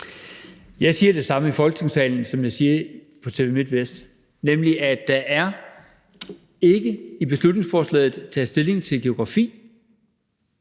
Jeg siger det samme i Folketingssalen, som jeg siger på TV Midtvest, nemlig at der i beslutningsforslaget ikke er taget stilling til geografien,